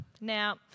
Now